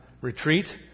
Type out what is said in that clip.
retreat